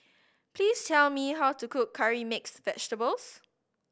please tell me how to cook curry mixed vegetables